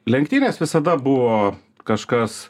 lenktynės visada buvo kažkas